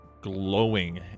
glowing